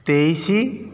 ତେଇଶି